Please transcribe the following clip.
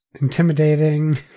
intimidating